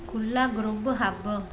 ਖੁੱਲ੍ਹਾ ਗਰੁੱਬਹੱਬ